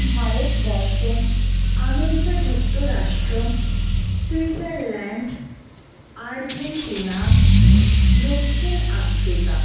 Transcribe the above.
Bharatvarsha America যুক্তরাষ্ট্র Switzerland Argentina দক্ষিণ Africa